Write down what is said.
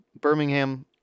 Birmingham